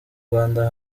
rwanda